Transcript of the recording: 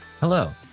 Hello